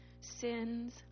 Sins